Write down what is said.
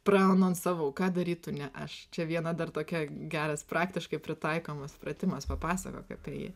praanonsavau ką darytų ne aš čia viena dar tokia geras praktiškai pritaikomas pratimas papasakok apie jį